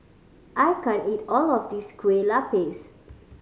I can't eat all of this Kueh Lapis